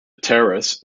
terrace